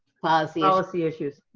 policy policy issues,